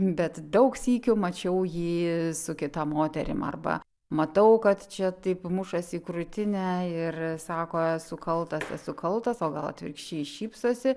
bet daug sykių mačiau jį su kita moterim arba matau kad čia taip mušasi į krūtinę ir sako esu kaltas esu kaltas o gal atvirkščiai šypsosi